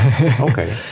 Okay